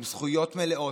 עם זכויות מלאות,